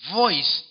voice